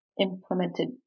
implemented